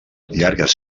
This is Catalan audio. llargues